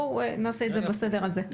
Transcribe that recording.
בואו נעשה את זה בסדר הזה.